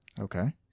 Okay